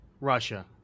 Russia